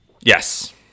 Yes